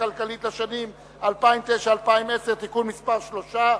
הכלכלית לשנים 2009 ו-2010) (תיקון מס' 3),